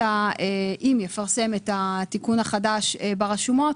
אם יפרסם, את התיקון החדש ברשומות